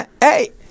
hey